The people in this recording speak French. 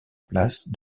place